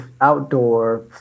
outdoor